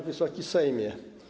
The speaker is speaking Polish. Wysoki Sejmie!